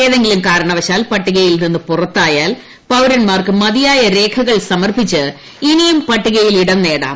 ഏതെങ്കിലും കാരണവശാൽ പട്ടികയിൽ നിന്ന് പുറത്തായാൽ പൌരൻമാർക്ക് മതിയായ രേഖകൾ സമർപ്പിച്ച് ഇനിയും പട്ടികയിൽ ഇടംനേടാം